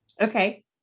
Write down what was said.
Okay